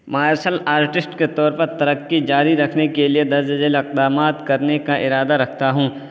martial artist کے طور پر ترقی جاری رکھنے کے لیے درج ذیل اقدامات کرنے کا ارادہ رکھتا ہوں